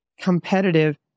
competitive